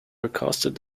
accosted